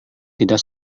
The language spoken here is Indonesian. tidak